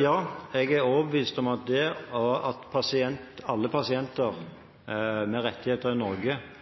Ja, jeg er overbevist om at det at alle pasienter med rettigheter i